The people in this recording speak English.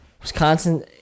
Wisconsin